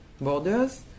borders